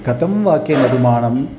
कथं वाक्यनिर्माणम्